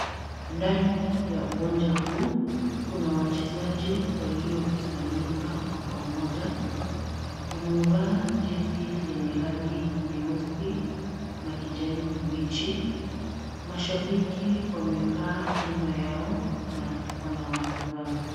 Ndani ya uwanja huu, kuna wachezaji waliokusanyika kwa pamoja. Wamevaa jezi lenye rangi nyeusi na kijani kibichi. Mashabiki wamekaa nyuma yao na wanawatazama.